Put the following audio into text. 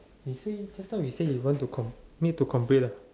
she say just now we say we want to com~ need to complete right